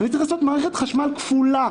אני צריך לעשות מערכת חשמל כפולה,